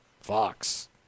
Fox